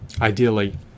ideally